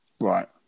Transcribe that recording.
Right